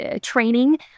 training